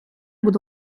будь